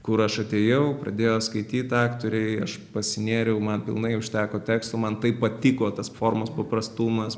kur aš atėjau pradėjo skaityt aktoriai aš pasinėriau man pilnai užteko tekstų man taip patiko tas formos paprastumas